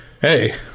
Hey